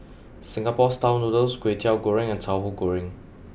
Singapore Style Noodles Kwetiau Goreng and Tahu Goreng